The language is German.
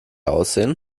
aussehen